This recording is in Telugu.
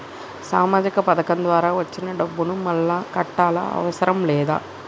సామాజిక పథకం ద్వారా వచ్చిన డబ్బును మళ్ళా కట్టాలా అవసరం లేదా?